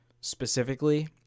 specifically